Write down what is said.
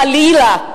חלילה,